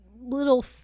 little